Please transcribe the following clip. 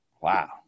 Wow